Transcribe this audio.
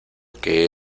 que